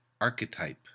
Archetype